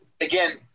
again –